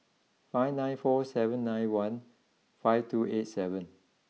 five nine four seven nine one five two eight seven